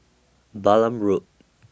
Balam Road